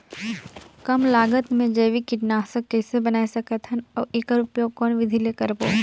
कम लागत मे जैविक कीटनाशक कइसे बनाय सकत हन अउ एकर उपयोग कौन विधि ले करबो?